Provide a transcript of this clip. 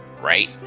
right